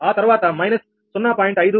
ఆ తర్వాత మైనస్ 0